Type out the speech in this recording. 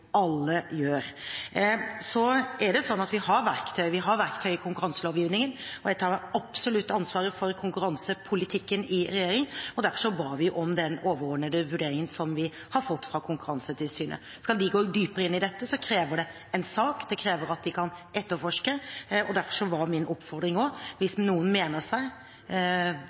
alle gjør. Så har vi verktøy. Vi har verktøy i konkurranselovgivningen, og jeg tar absolutt ansvaret for konkurransepolitikken i regjering. Derfor ba vi om den overordnede vurderingen som vi har fått fra Konkurransetilsynet. Skal de gå dypere inn i dette, krever det en sak, det krever at de kan etterforske, og derfor var min oppfordring nå: Hvis noen mener seg